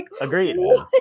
Agreed